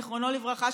זיכרונו לברכה,